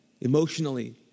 emotionally